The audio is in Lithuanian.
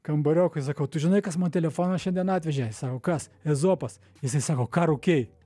kambariokui sakau tu žinai kas man telefoną šiandien atvežė sako kas ezopas jisai sako ką rūkei